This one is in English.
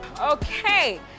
Okay